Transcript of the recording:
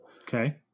Okay